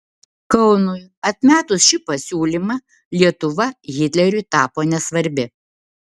kaunui atmetus šį pasiūlymą lietuva hitleriui tapo nesvarbi